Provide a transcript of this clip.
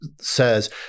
says